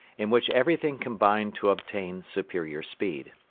in which everything combined to obtain superior speed.